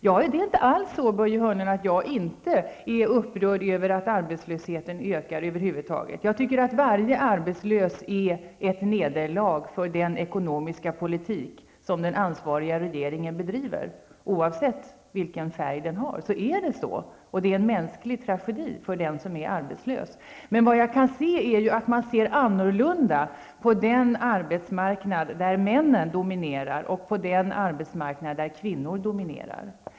Det är inte alls så, Börje Hörnlund, att jag inte är upprörd över att arbetslösheten ökar över huvud taget. Varje arbetslös människa innebär ett nederlag för den ekonomiska politik som den ansvariga regeringen bedriver, oavsett vilken färg den har. Det är en mänsklig tragedi för dem som är arbetslös. Men jag kan konstatera att man ser olika på den arbetsmarknad där männen dominerar och på den där kvinnorna dominerar.